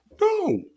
No